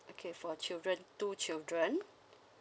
okay for children two children